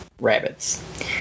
rabbits